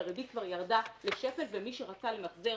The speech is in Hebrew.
כי הריבית כבר ירדה לשפל ומי שרצה למחזר